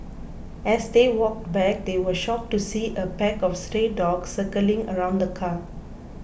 as they walked back they were shocked to see a pack of stray dogs circling around the car